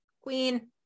queen